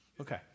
Okay